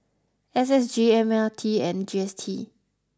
S S G M R T and G S T